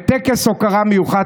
בטקס הוקרה מיוחד